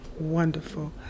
wonderful